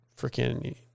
freaking